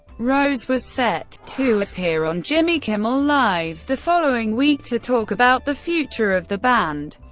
rose was set to appear on jimmy kimmel live! the following week to talk about the future of the band,